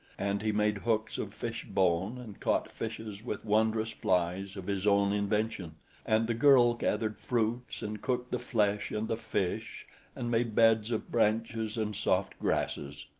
and he made hooks of fishbone and caught fishes with wondrous flies of his own invention and the girl gathered fruits and cooked the flesh and the fish and made beds of branches and soft grasses.